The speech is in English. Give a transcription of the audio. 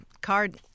card